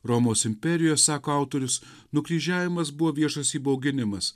romos imperijos sako autorius nukryžiavimas buvo viešas įbauginimas